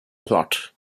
plot